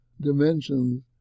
dimensions